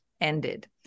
ended